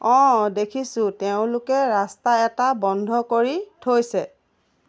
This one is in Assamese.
অঁ দেখিছোঁ তেওঁলোকে ৰাস্তা এটা বন্ধ কৰি থৈছে